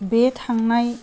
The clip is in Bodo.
बे थांनाय